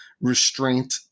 restraint